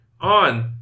on